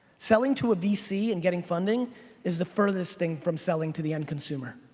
selling to a vc and getting funding is the furthest thing from selling to the end consumer.